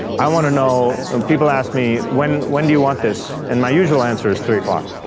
i want to know, when people ask me when when do you want this, and my usual answer is three o'clock.